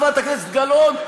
חברת הכנסת גלאון,